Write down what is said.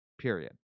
Period